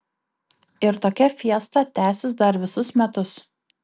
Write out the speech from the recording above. ir tokia fiesta tęsis dar visus metus